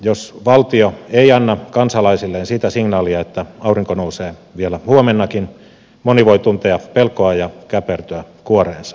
jos valtio ei anna kansalaisilleen sitä signaalia että aurinko nousee vielä huomennakin moni voi tuntea pelkoa ja käpertyä kuoreensa